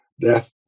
Death